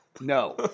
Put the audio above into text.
no